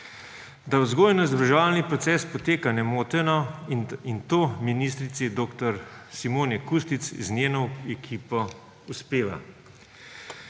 da vzgojno-izobraževalni proces poteka nemoteno, in to ministrici dr. Simoni Kustec z njeno ekipo uspeva.